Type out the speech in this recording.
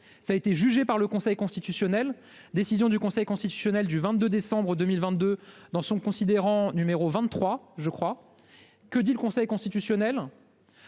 Ça a été jugé par le Conseil constitutionnel, décision du Conseil constitutionnel du 22 décembre 2022 dans son considérant numéro 23 je crois. Que dit le Conseil constitutionnel.